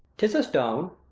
tis a stone,